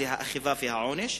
האכיפה והענישה,